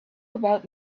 about